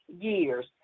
years